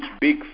big